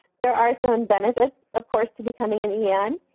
there are some benefits, of course, to becoming an en.